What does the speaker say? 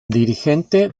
dirigente